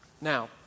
Now